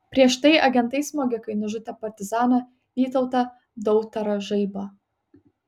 prieš tai agentai smogikai nužudė partizaną vytautą dautarą žaibą